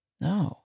No